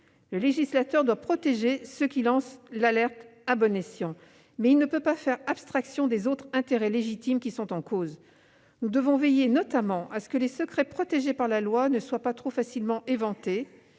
le législateur doit protéger ceux qui lancent l'alerte à bon escient, il ne peut pas faire abstraction des autres intérêts légitimes qui sont en cause. Nous devons veiller, notamment, à ce que les secrets protégés par la loi ne soient pas trop facilement éventés